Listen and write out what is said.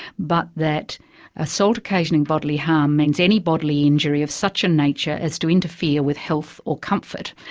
but that assault occasioning bodily harm means any bodily injury of such a nature as to interfere with health or comfort.